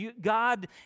God